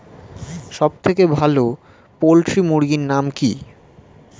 সবথেকে ভালো পোল্ট্রি মুরগির নাম কি?